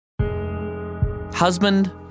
Husband